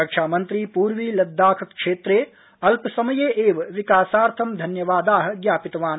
रक्षामन्त्री पूर्वी लद्दाख क्षेत्रे अल्पसमये एव विकासार्थं धन्यवादं ज्ञापितवान्